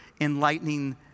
enlightening